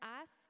Ask